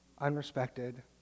unrespected